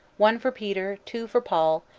one for peter, two for paul,